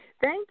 Thank